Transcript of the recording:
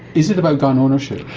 is it about gun ownership?